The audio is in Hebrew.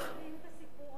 אתם מביאים את הסיפור הזה,